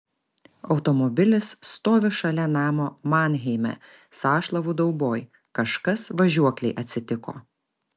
automobilis stovi šalia namo manheime sąšlavų dauboj kažkas važiuoklei atsitiko